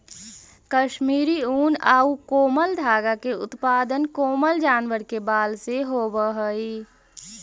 कश्मीरी ऊन आउ कोमल धागा के उत्पादन कोमल जानवर के बाल से होवऽ हइ